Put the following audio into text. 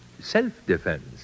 self-defense